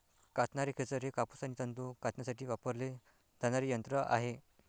कातणारे खेचर हे कापूस आणि तंतू कातण्यासाठी वापरले जाणारे यंत्र आहे